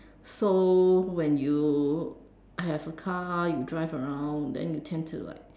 so when you have a car you drive around then you tend to like